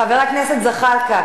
חבר הכנסת זחאלקה,